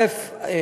א.